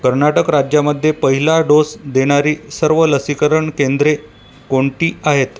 कर्नाटक राज्यामध्ये पहिला डोस देणारी सर्व लसीकरण केंद्रे कोणती आहेत